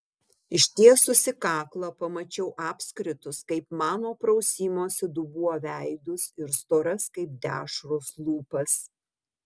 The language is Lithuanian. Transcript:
ištiesusi kaklą pamačiau apskritus kaip mano prausimosi dubuo veidus ir storas kaip dešros lūpas